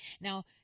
Now